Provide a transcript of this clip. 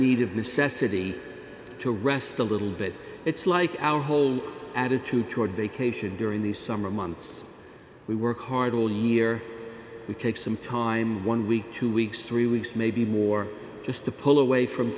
necessity to rest a little bit it's like our whole attitude toward vacation during the summer months we work hard all year we take some time one week two weeks three weeks maybe more just to pull away from